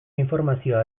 informazio